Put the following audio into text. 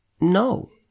No